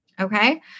okay